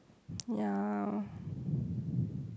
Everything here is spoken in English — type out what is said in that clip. ya